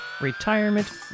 retirement